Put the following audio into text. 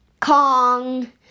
Kong